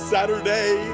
Saturday